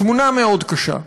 תמונה מאוד קשה.